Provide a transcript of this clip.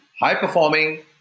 high-performing